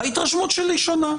ההתרשמות שלי שונה,